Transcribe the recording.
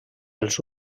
els